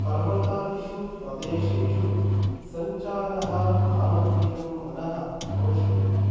पर्वतादिषु प्रदेशेषु सञ्चारः मामकीनं मनः तोषयति